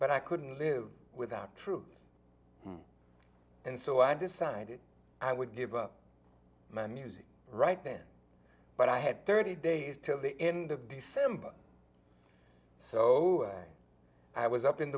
but i couldn't live without truth and so i decided i would give up my music right then but i had thirty days till the in the december so i was up in